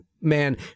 man